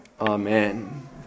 Amen